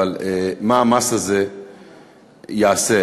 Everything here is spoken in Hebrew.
מה המס הזה יעשה.